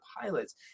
pilots